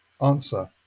answer